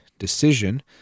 decision